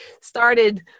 started